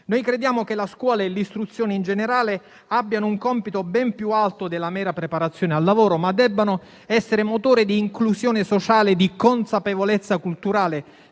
Noi crediamo che la scuola e l'istruzione in generale abbiano un compito ben più alto della mera preparazione al lavoro, ma debbano essere motore di inclusione sociale, di consapevolezza culturale,